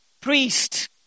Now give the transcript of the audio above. priest